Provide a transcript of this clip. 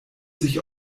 sich